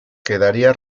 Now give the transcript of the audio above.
quedaría